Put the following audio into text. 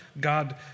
God